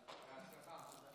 בהצלחה.